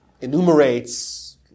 Enumerates